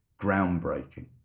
groundbreaking